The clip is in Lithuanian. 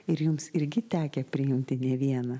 ir jums irgi tekę priimti ne vieną